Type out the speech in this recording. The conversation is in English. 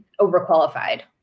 overqualified